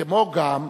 כמו כן,